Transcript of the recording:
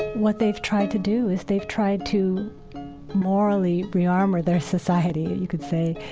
what they've tried to do is they've tried to morally re-armor their society, you you could say,